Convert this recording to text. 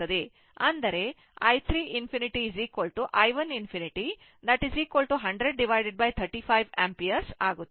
ಅಂದರೆ i 3 ∞ i 1 ∞ 100 35 ampere ಆಗುತ್ತದೆ